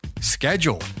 schedule